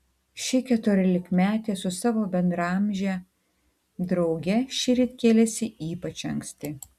ši keturiolikmetė su savo bendraamže drauge šįryt kėlėsi ypač anksti